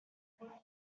wow